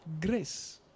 grace